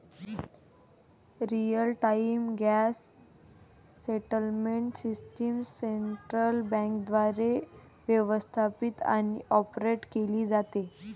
real time gross settlement system central बँकेद्वारे व्यवस्थापित आणि ऑपरेट केली जाते